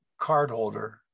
cardholder